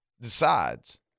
decides